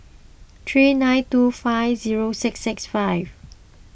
three nine two five zero six six five